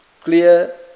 clear